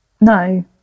No